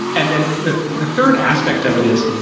and then the the third aspect of it is,